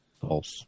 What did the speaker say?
False